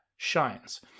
Shines